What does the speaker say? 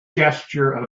gesture